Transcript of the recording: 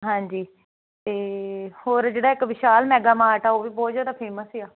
ਹਾਂਜੀ ਤੇ ਹੋਰ ਜਿਹੜਾ ਇੱਕ ਵਿਸ਼ਾਲ ਮੈਗਾ ਮਾਰਟ ਆ ਉਹ ਵੀ ਬਹੁਤ ਜਿਆਦਾ ਫੇਮਸ ਆ